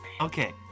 Okay